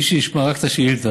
מי שישמע רק את השאילתה,